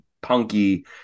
punky